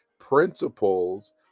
Principles